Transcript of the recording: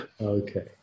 Okay